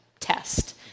test